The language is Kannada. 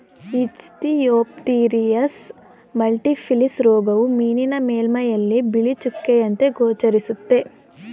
ಇಚ್ಥಿಯೋಫ್ಥಿರಿಯಸ್ ಮಲ್ಟಿಫಿಲಿಸ್ ರೋಗವು ಮೀನಿನ ಮೇಲ್ಮೈಯಲ್ಲಿ ಬಿಳಿ ಚುಕ್ಕೆಯಂತೆ ಗೋಚರಿಸುತ್ತೆ